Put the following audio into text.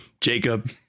Jacob